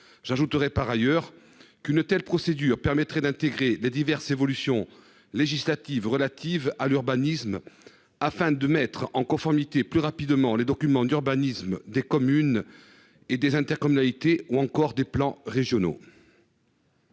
J'ajouterais par ailleurs qu'une telle procédure permettrait d'intégrer les diverses évolutions législatives relatives à l'urbanisme afin de mettre en conformité plus rapidement les documents d'urbanisme des communes. Et des intercommunalités ou encore des plans régionaux.